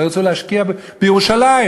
שלא ירצו להשקיע בירושלים.